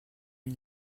une